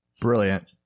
Brilliant